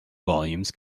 volumes